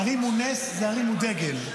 הרימו נס, זה הרימו דגל.